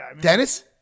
Dennis